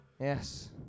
Yes